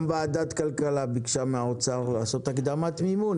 גם ועדת כלכלה ביקשה מהאוצר להקדים מימון.